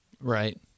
Right